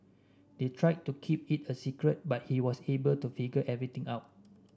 they tried to keep it a secret but he was able to figure everything out